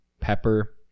Pepper